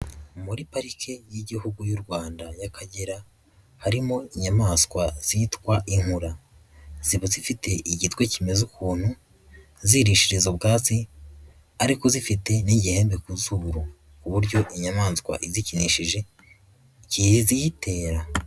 Muri parike y'Igihugu y'u Rwanda y'Akagera harimo inyamaswa zitwa inkura, ziba zifite igitwe kimeze ukuntu, zirishiriza ubwatsi ariko zifite n'igihembe ku zuru, ku buryo inyamaswa izikinishije kiziyitera.